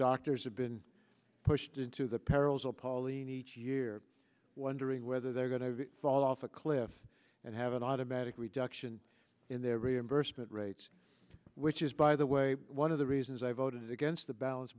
doctors have been pushed into the perils of pauline each year wondering whether they're going to fall off a cliff and have an automatic reduction in their reimbursement rates which is by the way one of the reasons i voted against the balance